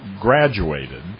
graduated